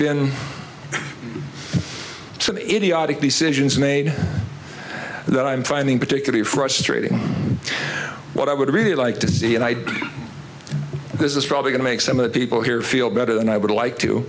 some idiotic decisions made that i'm finding particularly frustrating what i would really like to see and i this is probably going to make some of the people here feel better than i would like to